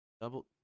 double